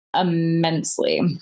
immensely